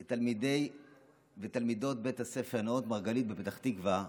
את תלמידי ותלמידות בית הספר נאות מרגלית בפתח תקווה,